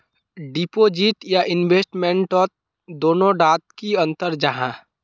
Deposit या investment तोत दोनों डात की अंतर जाहा?